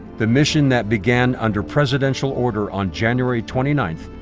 the mission that began under presidential order on january twenty ninth,